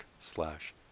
slash